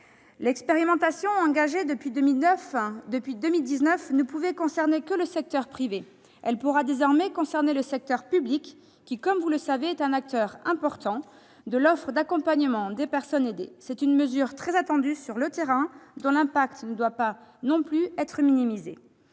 L'expérimentation engagée depuis 2019 ne pouvait concerner que le secteur privé. Elle pourra désormais s'appliquer au secteur public qui, comme vous le savez, est un acteur important de l'offre d'accompagnement des personnes aidées. C'est une mesure très attendue sur le terrain, dont l'impact ne doit pas non plus être minimisé.